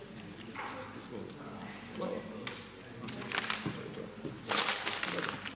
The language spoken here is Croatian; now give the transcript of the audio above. Hvala vam